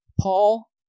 Paul